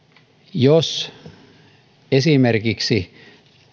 jos esimerkiksi